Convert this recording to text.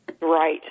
Right